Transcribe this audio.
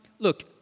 Look